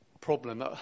problem